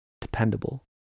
dependable